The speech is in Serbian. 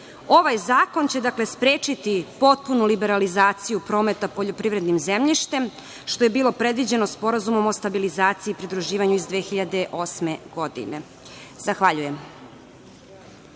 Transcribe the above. zakon će sprečiti potpunu liberalizaciju prometa poljoprivrednim zemljištem, što je bilo predviđeno Sporazumom o stabilizaciji i pridruživanju iz 2008. godine. Zahvaljujem.